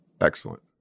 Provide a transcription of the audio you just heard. Excellent